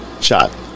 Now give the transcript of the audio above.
shot